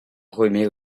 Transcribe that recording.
remet